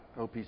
OPC